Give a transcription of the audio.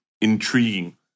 intriguing